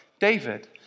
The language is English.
David